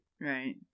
right